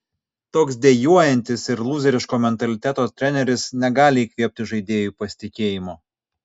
toks dejuojantis ir lūzeriško mentaliteto treneris negali įkvėpti žaidėjui pasitikėjimo